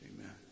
amen